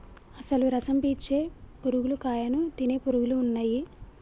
అసలు రసం పీల్చే పురుగులు కాయను తినే పురుగులు ఉన్నయ్యి